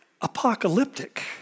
apocalyptic